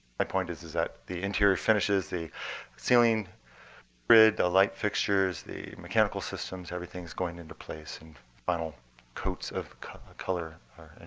my point is is that the interior finishes, the ceiling grid, the light fixtures, the mechanical systems, everything is going into place, and final coats of color are